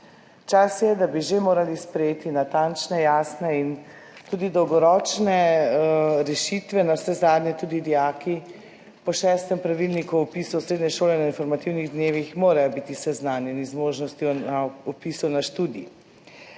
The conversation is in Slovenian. Čas je, saj bi že morali sprejeti natančne, jasne in tudi dolgoročne rešitve, navsezadnje tudi dijaki po šestem pravilniku o vpisu v srednje šole na informativnih dnevih morajo biti seznanjeni z možnostjo o vpisu na študij.